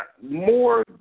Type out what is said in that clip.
more